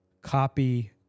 Copy